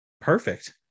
perfect